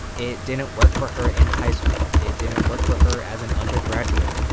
it didn't work for her in high school. it didn't work for her as an undergraduate.